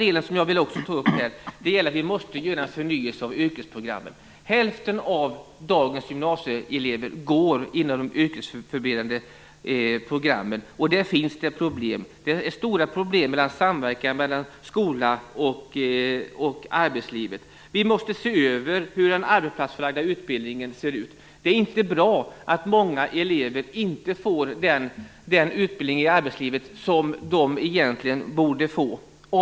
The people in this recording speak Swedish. Vi måste också genomföra en förnyelse av yrkesprogrammen. Hälften av dagens gymnasieelever går på de yrkesförberedande programmen, och där finns problem. Det är stora samverkansproblem mellan skolan och arbetslivet. Vi måste se över hur den arbetsplatsförlagda utbildningen ser ut. Det är inte bra att många elever av olika skäl inte får den utbildning i arbetslivet som de egentligen borde få.